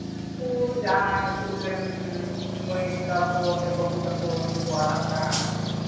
ᱩᱱᱠᱩ ᱡᱟᱦᱟᱸ ᱱᱤᱛᱚᱜ ᱨᱮᱱ ᱢᱟᱹᱭ ᱛᱟᱠᱚ ᱥᱮ ᱵᱟᱹᱵᱩ ᱛᱟᱠᱚ ᱩᱱᱠᱩ ᱠᱚ ᱦᱟᱨᱟᱜ ᱠᱟᱱ